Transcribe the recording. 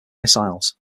missiles